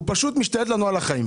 הוא פשוט משתלט לנו על החיים.